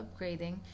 upgrading